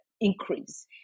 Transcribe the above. increase